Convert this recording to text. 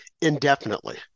indefinitely